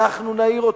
אנחנו נעיר אותו.